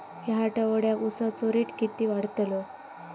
या आठवड्याक उसाचो रेट किती वाढतलो?